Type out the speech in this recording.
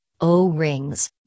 O-rings